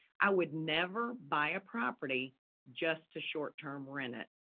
i would never buy a property just to short term rent it.